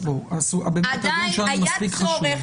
הדיון שלנו מספיק חשוב.